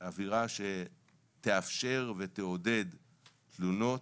אווירה שתאפשר ותעודד תלונות.